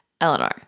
Eleanor